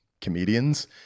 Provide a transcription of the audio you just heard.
comedians